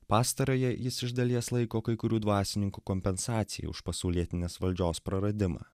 pastarąją jis iš dalies laiko kai kurių dvasininkų kompensacijų už pasaulietinės valdžios praradimą